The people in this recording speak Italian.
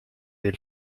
del